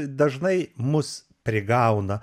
dažnai mus prigauna